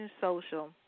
social